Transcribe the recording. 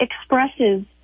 expresses